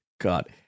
god